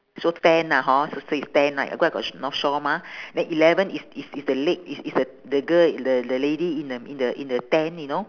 so ten lah hor so you see is ten right because of the north shore mah then eleven is is is the la~ is is the the girl the the lady in the in the in the tent you know